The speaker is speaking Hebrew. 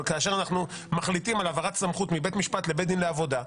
אבל כאשר אנחנו מחליטים על העברת סמכות מבית משפט לבית דין לעבודה,